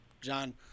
John